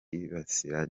yibasira